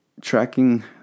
tracking